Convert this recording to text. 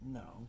no